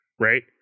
right